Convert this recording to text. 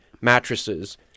mattresses